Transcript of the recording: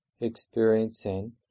experiencing